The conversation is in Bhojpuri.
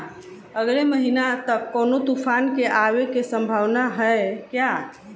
अगले महीना तक कौनो तूफान के आवे के संभावाना है क्या?